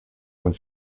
und